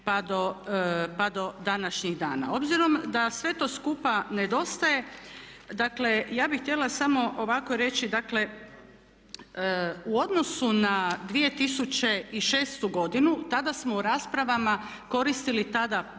pa do današnjih dana. Obzirom da sve to skupa nedostaje, dakle ja bih htjela samo ovako reći, dakle, u odnosu na 2006.godinu tada smo u raspravama koristili tada